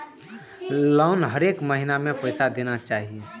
Loan हरेक महीना में पैसा देना चाहि?